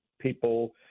people